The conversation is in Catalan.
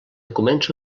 comença